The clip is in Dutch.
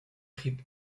griep